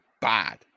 bad